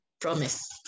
promise